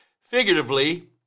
figuratively